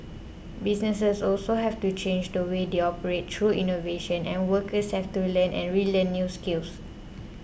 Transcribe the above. businesses also have to change the way they operate through innovation and workers have to learn and relearn new skills